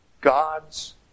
God's